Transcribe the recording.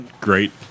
great